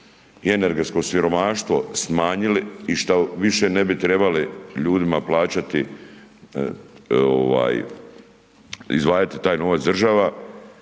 energetsko siromaštvo smanjili šta više ne bi trebali ljudima plaćati, izdvajati taj novac država